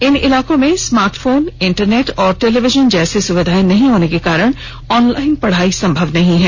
इन इलाकों में smart phone internet और टेलीविजन जैसी स्विधाएं नहीं होने के कारण ऑनलाइन पढ़ाई संभव नहीं है